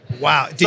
Wow